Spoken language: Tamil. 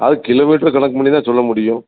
அது கிலோமீட்டர கணக்கு பண்ணி தான் சொல்லமுடியும்